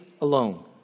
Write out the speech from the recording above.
alone